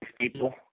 people